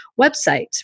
website